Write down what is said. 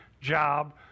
job